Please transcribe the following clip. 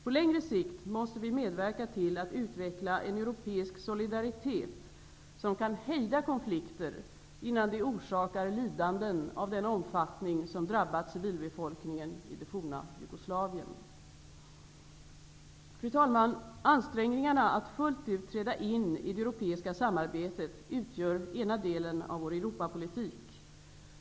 På längre sikt måste vi medverka till att utveckla en europeisk solidaritet som kan hejda konflikter innan de orsakar lidanden av den omfattning som drabbat civilbefolkningen i det forna Jugoslavien. Fru talman! Ansträngningarna att fullt ut träda in i det europeiska samarbetet utör ena delen av vår Europapolitik.